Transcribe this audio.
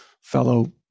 fellow